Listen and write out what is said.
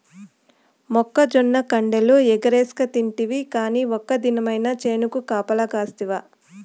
మొక్కజొన్న కండెలు ఎగరేస్కతింటివి కానీ ఒక్క దినమైన చేనుకు కాపలగాస్తివా